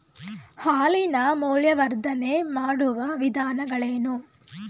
ಹಾಲಿನ ಮೌಲ್ಯವರ್ಧನೆ ಮಾಡುವ ವಿಧಾನಗಳೇನು?